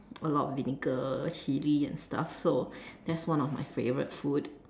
a lot of vinegar chili and stuff so that's one of my favourite food